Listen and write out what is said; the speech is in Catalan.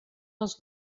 els